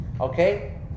Okay